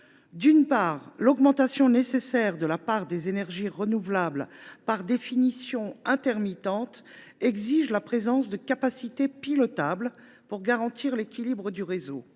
: l’augmentation nécessaire de la part des énergies renouvelables, par définition intermittentes, exige la présence de capacités pilotables, permettant de garantir l’équilibre du réseau.